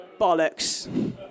Bollocks